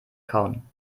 kauen